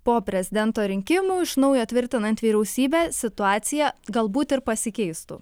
po prezidento rinkimų iš naujo tvirtinant vyriausybę situacija galbūt ir pasikeistų